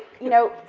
you know,